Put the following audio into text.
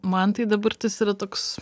man tai dabartis yra toks